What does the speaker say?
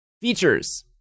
Features